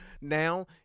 Now